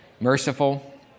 merciful